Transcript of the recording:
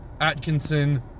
Atkinson